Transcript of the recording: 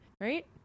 right